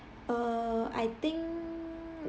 err I think